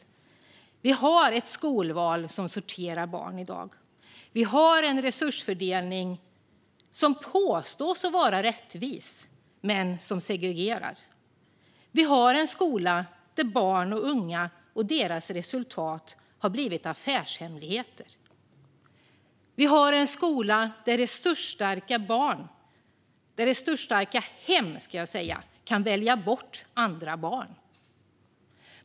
I dag har vi ett skolval som sorterar barn. Vi har en resursfördelning som påstås vara rättvis men som segregerar. Vi har en skola där barns och ungas resultat har blivit affärshemligheter. Vi har en skola där resursstarka hem kan välja bort andra barn.